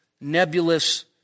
nebulous